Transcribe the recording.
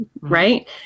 Right